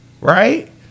right